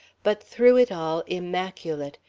but through it all immaculate,